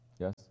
Yes